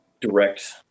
direct